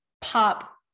pop